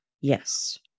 Yes